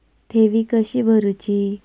ठेवी कशी भरूची?